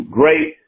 great